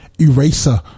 eraser